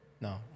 No